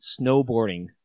snowboarding